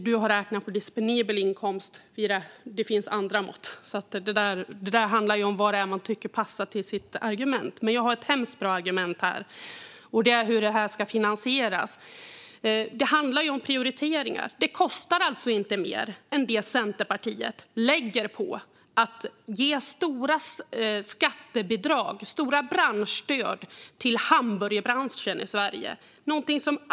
Du har räknat på disponibel inkomst. Det finns andra mått. Det handlar om vad man tycker passar ens argument. Men jag har ett hemskt bra argument när det gäller hur detta ska finansieras. Det handlar om prioriteringar. Detta kostar alltså inte mer än det Centerpartiet lägger på stora skattebidrag, stora branschstöd, till hamburgerbranschen i Sverige.